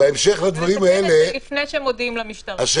לפני שמודיעים למשטרה.